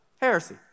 Heresy